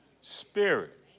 spirit